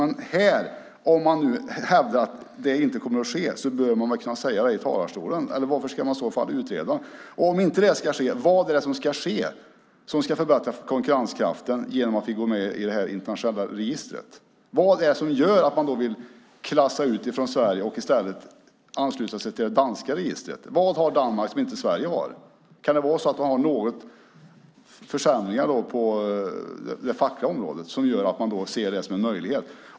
Men om man nu hävdar att det inte kommer att ske bör man kunna säga det i talarstolen. Eller varför ska man i så fall utreda? Och om inte detta ska ske undrar jag: Vad är det som ska ske som ska förbättra konkurrenskraften genom att vi går med i det här internationella registret? Vad är det som gör att man då vill flagga ut från Sverige och i stället ansluta sig till det danska registret? Vad har Danmark som inte Sverige har? Kan det vara försämringar på det fackliga området som gör att man ser detta som en möjlighet?